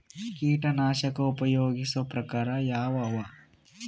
ಕೀಟನಾಶಕ ಉಪಯೋಗಿಸೊ ಪ್ರಕಾರ ಯಾವ ಅವ?